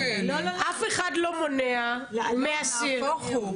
אף אחד לא מונע מאסיר --- נהפוך הוא,